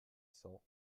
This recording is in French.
cent